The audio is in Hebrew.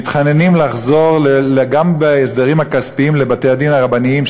מתחננים לחזור גם בהסדרים הכספיים לבתי-הדין הרבניים,